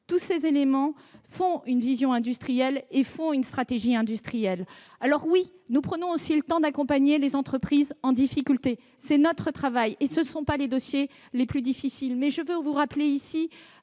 Tous ces éléments font une vision et une stratégie industrielles. Oui, nous prenons aussi le temps d'accompagner les entreprises en difficulté. C'est notre travail ! D'ailleurs, ce ne sont pas les dossiers les plus difficiles. Mais je veux vous rappeler ici